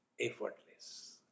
effortless